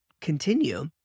continue